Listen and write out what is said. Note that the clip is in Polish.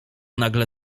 nagle